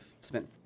spent